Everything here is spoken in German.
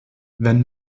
wenn